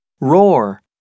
Roar